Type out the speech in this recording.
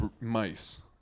mice